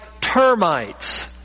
termites